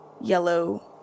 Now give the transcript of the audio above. yellow